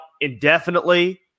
indefinitely